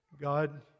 God